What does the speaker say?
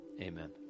Amen